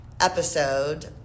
episode